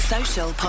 Social